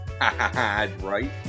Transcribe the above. right